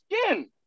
skin